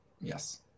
Yes